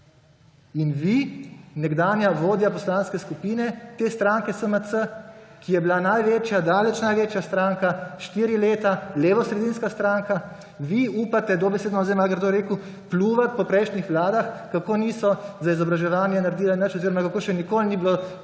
In vi, nekdanja vodja poslanske skupine te stranke SMC, ki je bila največja, daleč največja stranka, štiri leta, levosredinska stranka, vi upate – dobesedno bom zdaj malo grdo rekel – pljuvati po prejšnjih vladah, kako niso za izobraževanje naredile nič oziroma kako še nikoli ni bilo tako